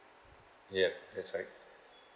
yup that's right